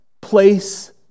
place